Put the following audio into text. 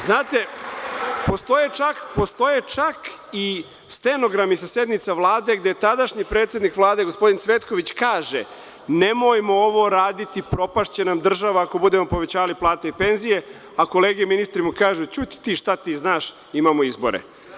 Znate, postoje čak i stenogrami sa sednica Vlade gde tadašnji predsednik Vlade gospodin Cvetković kaže – nemojmo ovo raditi, propašće nam država ako budemo povećavali plate i penzije, a kolege ministri mu kažu – ćuti ti, šta ti znaš, imamo izvore.